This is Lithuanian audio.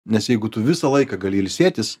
nes jeigu tu visą laiką gali ilsėtis